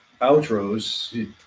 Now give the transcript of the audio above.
outros